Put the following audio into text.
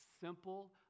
simple